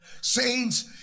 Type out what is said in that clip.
Saints